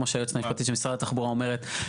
כמו שהיועצת המשפטית של משרד התחבורה אומרת,